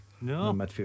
No